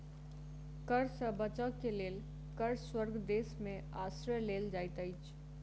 कर सॅ बचअ के लेल कर स्वर्ग देश में आश्रय लेल जाइत अछि